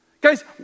Guys